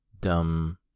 dumb